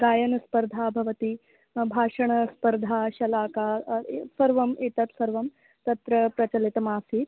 गायनस्पर्धा भवति भाषणस्पर्धा शलाका सर्वम् एतत् सर्वं तत्र प्रचलितमासीत्